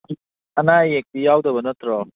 ꯑꯅꯥ ꯑꯌꯦꯛꯇꯤ ꯌꯥꯎꯗꯕ ꯅꯠꯇ꯭ꯔꯣ